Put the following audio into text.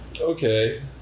Okay